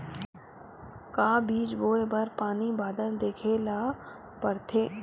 का बीज बोय बर पानी बादल देखेला पड़थे?